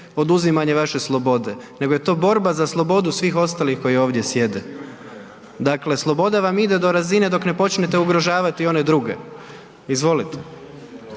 oduzimanje vaše slobode, nego je to borba za slobodu svih ostalih koji ovdje sjede. Dakle, sloboda vam ide do razine dok ne počnete ugrožavati i one druge. Izvolite.